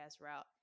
route